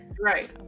right